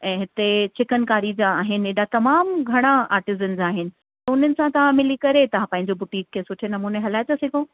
ऐं हिते चिकनकारी जा आहिनि एॾा तमामु घणा आर्टिज़िन्स आहिनि त उन्हनि सां तव्हां मिली करे तव्हां पंहिंजो बुटीक खे सुठे नमूने हलाए था सघो